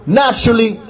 naturally